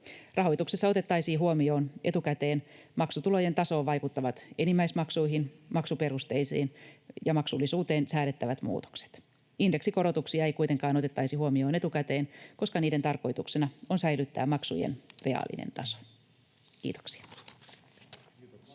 Rahoituksessa otettaisiin huomioon etukäteen maksutulojen tasoon vaikuttavat enimmäismaksuihin, maksuperusteisiin ja maksullisuuteen säädettävät muutokset. Indeksikorotuksia ei kuitenkaan otettaisi huomioon etukäteen, koska niiden tarkoituksena on säilyttää maksujen reaalinen taso. — Kiitoksia. Kiitoksia.